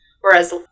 whereas